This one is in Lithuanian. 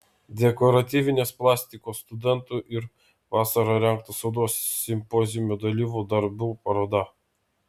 dekoratyvinės plastikos studentų ir vasarą rengto odos simpoziumo dalyvių darbų paroda